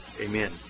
Amen